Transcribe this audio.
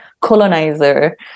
colonizer